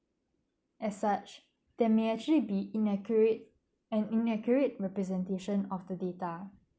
as such there may actually be inaccurate and inaccurate representation of the data